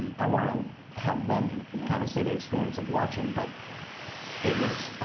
and i want to have them kind of see the experience of watching. but it was